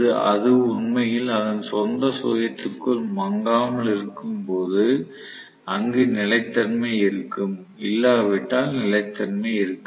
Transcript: அது உண்மையில் அதன் சொந்த சுயத்திற்குள் மங்காமல் இருக்கும்போது அங்கு நிலைத்தன்மை இருக்கும் இல்லாவிட்டால் நிலைத்தன்மை இருக்காது